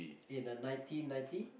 in the nineteen ninety